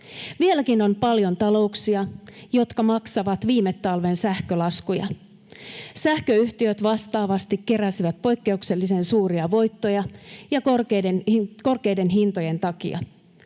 Vieläkin on paljon talouksia, jotka maksavat viime talven sähkölaskuja. Sähköyhtiöt vastaavasti keräsivät poikkeuksellisen suuria voittoja korkeiden hintojen takia.